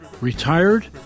Retired